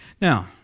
Now